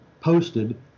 posted